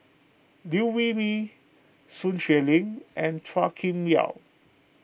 Liew Wee Mee Sun Xueling and Chua Kim Yeow